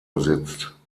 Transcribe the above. besitzt